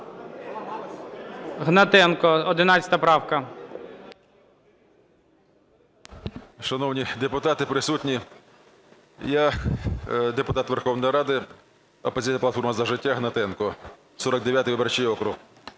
Гнатенко, 11 правка.